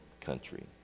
country